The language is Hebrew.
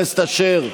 אשר,